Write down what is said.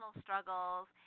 struggles